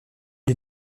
est